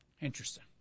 Interesting